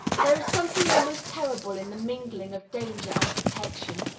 there is something almost terrible in the mingling of danger and protection,